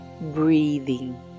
breathing